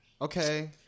Okay